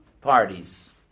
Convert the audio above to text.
parties